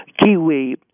kiwi